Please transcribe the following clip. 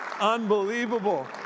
Unbelievable